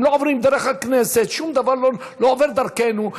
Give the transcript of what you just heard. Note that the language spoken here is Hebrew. הן לא עוברות דרך הכנסת, שום דבר לא עובר דרכנו.